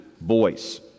voice